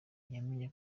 yamenye